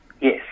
Yes